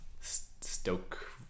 stoke